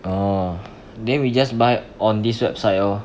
orh then we just buy on this website loh